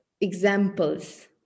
examples